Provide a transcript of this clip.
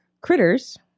critters